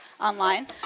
online